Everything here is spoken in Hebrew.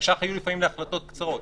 התקש"ח היו לפעמים להחלטות קצרות.